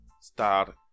start